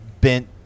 bent